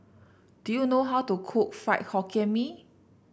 do you know how to cook Fried Hokkien Mee